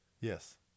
Yes